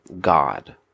God